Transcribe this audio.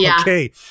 okay